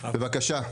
בבקשה.